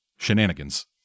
shenanigans